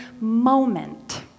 moment